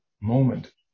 moment